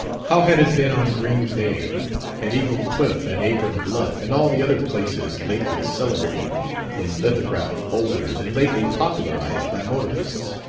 how had it been on green bay at eagle cliff and apron bluff and all the other places lately celebrated in lithographed folders and lately popularized by motorists?